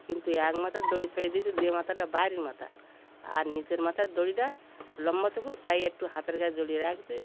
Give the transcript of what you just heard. কিন্তু এক মাথার দড়ি ছেড়ে দিয়েছি যে মাথাটা বাইরের মাথা আর নিচের মাথার দড়িটা লম্বা তো খুব তাই একটু হাতের কাছে জড়িয়ে রাখছি